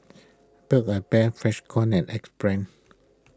Build A Bear Freshkon and Axe Brand